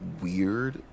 weird